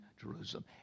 Jerusalem